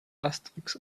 asterix